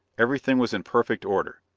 everything was in perfect order.